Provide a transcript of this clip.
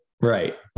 right